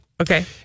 Okay